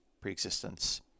preexistence